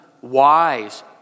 wise